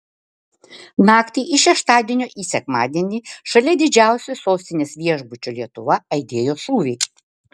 naktį iš šeštadienio į sekmadienį šalia didžiausio sostinės viešbučio lietuva aidėjo šūviai